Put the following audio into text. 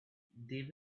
they